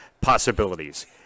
possibilities